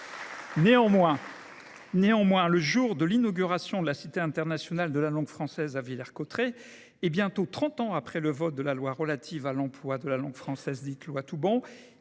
Toutefois, le jour de l’inauguration de la Cité internationale de la langue française, à Villers Cotterêts, et bientôt trente ans après le vote de la loi relative à l’emploi de la langue française, il eût